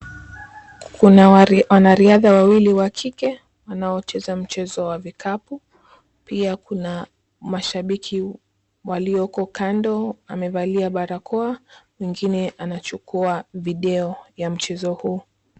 Kuna wanariadha wawili wa kike wanaocheza mchezo wa vikapu. Pia kuna mashabiki waliyoko kando, wamevalia barakoa, mmoja akichukua video ya mchezo huu.